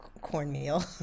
cornmeal